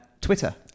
Twitter